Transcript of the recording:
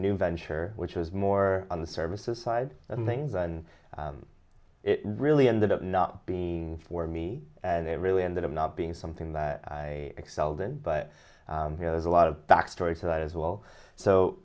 new venture which was more on the services side of things and it really ended up not being for me and it really ended up not being something that i excelled in but you know there's a lot of back story to that as well so